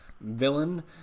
Villain